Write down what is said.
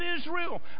Israel